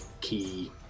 key